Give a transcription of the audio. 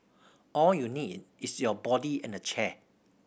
all you need is your body and a chair